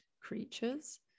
creatures